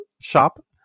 shop